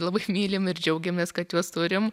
labai mylim ir džiaugiamės kad juos turim